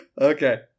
Okay